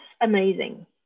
amazing